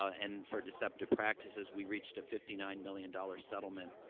and for deceptive practices. we reached a fifty nine million dollars settlement,